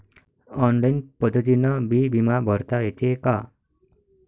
Online पद्धतीनं बी बिमा भरता येते का?